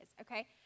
okay